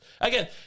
Again